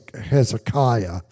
Hezekiah